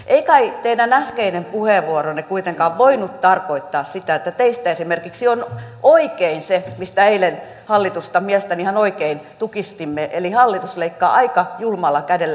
ei kai teidän äskeinen puheenvuoronne kuitenkaan voinut tarkoittaa sitä että teistä esimerkiksi on oikein se mistä eilen hallitusta mielestäni ihan oikein tukistimme eli että hallitus leikkaa aika julmalla kädellä eläkkeensaajilta